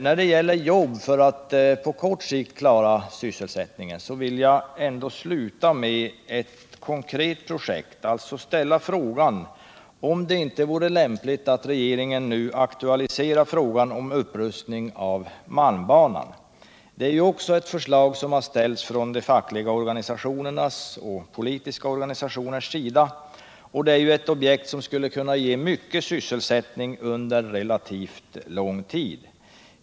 När det gäller jobb för att på kort sikt klara sysselsättningen vill jag ändå sluta med att nämna ett konkret projekt, alltså ställa frågan om det inte vore lämpligt att regeringen nu aktualiserar upprustningen av malmbanan. Det är också ett förslag som har framförts från de fackliga organisationernas och politiska organisationers sida, och det är ett objekt som skulle kunna ge mycket sysselsättning under relativt lång tid.